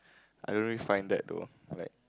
I don't really find that though like